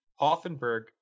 hoffenberg